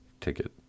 ticket